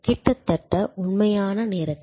கிட்டத்தட்ட உண்மையான நேரத்தில்